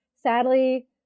sadly